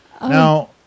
Now